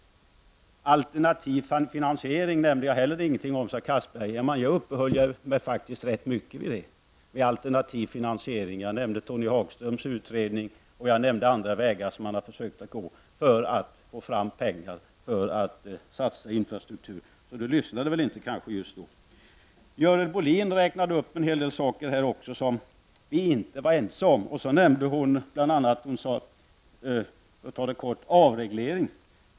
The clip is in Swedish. Alternativ finansiering nämnde jag heller ingenting om, enligt Anders Castberger. Men jag uppehöll mig rätt mycket vid det. Jag nämnde Tony Hagströms utredning, och jag nämnde andra vägar som man har försökt gå för att få fram pengar att satsa på infrastrukturen. Så Castberger lyssnade inte just då. Görel Bohlin räknade upp en hel del saker som vi inte var ense om och nämnde bl.a. avreglering.